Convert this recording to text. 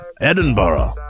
Edinburgh